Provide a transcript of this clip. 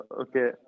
Okay